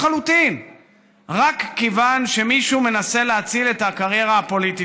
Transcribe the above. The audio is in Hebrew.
אבל חוק שכוונתו ופגיעתו רעה מאוד.